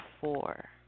four